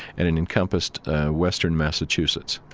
and it encompassed western massachusetts.